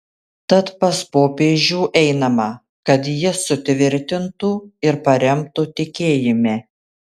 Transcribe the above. tad pas popiežių einama kad jis sutvirtintų ir paremtų tikėjime